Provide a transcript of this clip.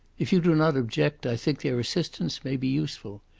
if you do not object i think their assistance may be useful.